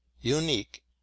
unique